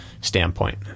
standpoint